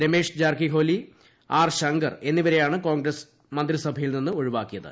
Ramesh Jarkiholi R Shankar എന്നിവരെയാണ് കോൺഗ്രസ് മന്ത്രിസഭയിൽ നിന്ന് ഒഴിവാക്കിയത്